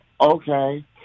Okay